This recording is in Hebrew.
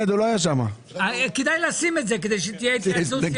17:23. יש לך עניין להמשיך להעביר העברות,